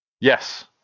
Yes